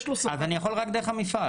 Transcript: אם כן, אני יכול רק דרך המפעל.